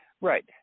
Right